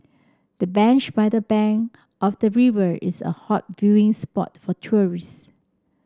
the bench by the bank of the river is a hot viewing spot for tourists